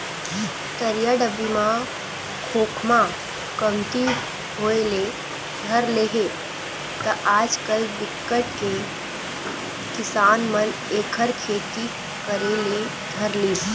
तरिया डबरी म खोखमा कमती होय ले धर ले हे त आजकल बिकट के किसान मन एखर खेती करे ले धर लिस